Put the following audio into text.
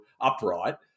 upright